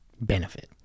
benefit